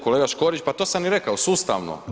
Kolega Škorić, pa to sam i rekao, sustavno.